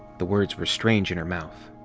the words were strange in her mouth.